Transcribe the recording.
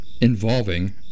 involving